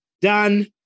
done